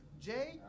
Jay